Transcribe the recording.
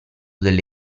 delle